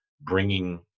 bringing